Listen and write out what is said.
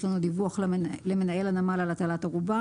יש לנו דיווח למנהל הנמל על הטלת ערובה.